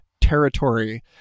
territory